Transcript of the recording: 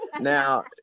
Now